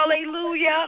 Hallelujah